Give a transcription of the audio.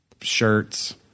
shirts